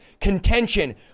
contention